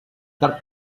dark